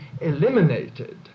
eliminated